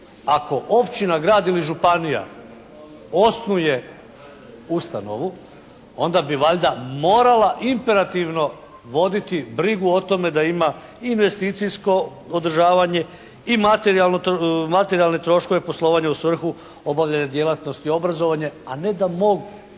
Ako općina, grad ili županija osnuje ustanovu onda bi valjda morala imperativno voditi brigu o tome da ima i investicijsko održavanje i materijalne troškove poslovanja u svrhu obavljanja djelatnosti i obrazovanje, a ne da mogu.